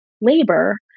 labor